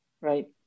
Right